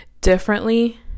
differently